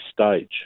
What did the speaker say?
stage